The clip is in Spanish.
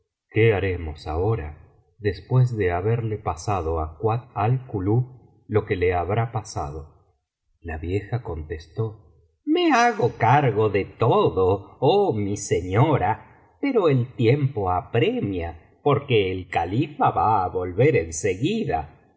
que haremos ahora después de haberle pasado á kuat al kulub lo que le habrá pasado la vieja contestó me hago cargo de todo oh mi señora pero el tiempo apremia porque el califa va a volver en seguida